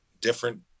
different